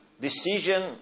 decision